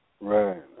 Right